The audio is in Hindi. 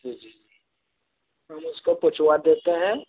जी जी जी हम उसको पहुँचवा देते हैं